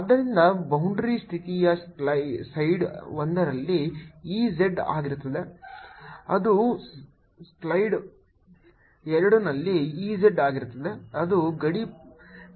ಆದ್ದರಿಂದ ಬೌಂಡರಿ ಸ್ಥಿತಿಯು ಸೈಡ್ 1 ರಲ್ಲಿ E z ಆಗಿರುತ್ತದೆ ಅದು ಸೈಡ್ 2 ನಲ್ಲಿ E z ಆಗಿರುತ್ತದೆ ಅದು ಗಡಿ ಸ್ಥಿತಿಯಾಗಿದೆ